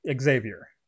Xavier